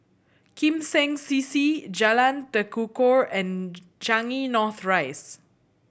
Lim Seng C C Jalan Tekukor and Changi North Rise